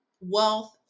wealth